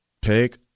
pick